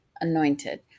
anointed